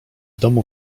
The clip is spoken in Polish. domu